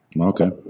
Okay